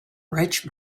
rich